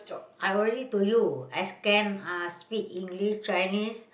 I already told you I scan uh speak English Chinese